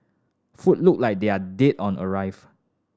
food look like they are dead on arrival